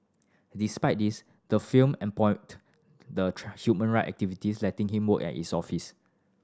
despite this the firm employed the human right activists letting him work at its office